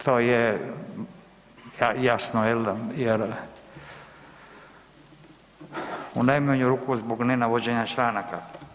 To je jasno, jer u najmanju ruku zbog nenavođenja članaka.